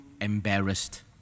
embarrassed